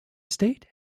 state